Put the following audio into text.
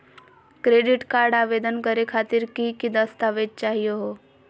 Credit card आवेदन करे खातिर की की दस्तावेज चाहीयो हो?